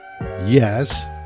yes